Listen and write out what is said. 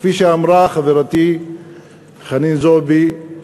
כפי שאמרה חברתי חנין זועבי,